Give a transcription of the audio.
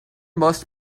must